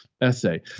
essay